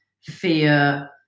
fear